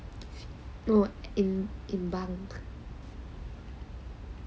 no in in bunk